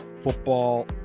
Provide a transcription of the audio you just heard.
football